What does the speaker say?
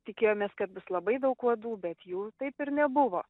tikėjomės kad bus labai daug uodų bet jų taip ir nebuvo